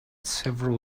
several